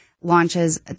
Launches